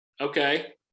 Okay